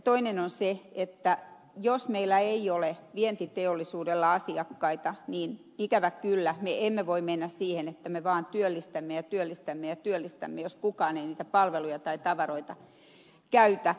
toinen on se että jos meillä ei ole vientiteollisuudella asiakkaita niin ikävä kyllä me emme voi mennä siihen että me vaan työllistämme ja työllistämme ja työllistämme jos kukaan ei niitä palveluja tai tavaroita käytä